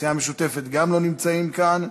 הסיעה המשותפת גם לא נמצאים כאן.